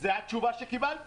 זו התשובה שקיבלתי: